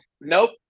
Nope